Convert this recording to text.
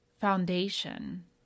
foundation